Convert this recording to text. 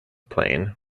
plain